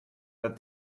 that